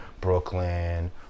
Brooklyn